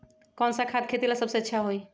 कौन सा खाद खेती ला सबसे अच्छा होई?